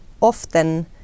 often